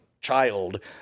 child